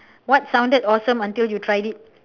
what sounded awesome until you tried it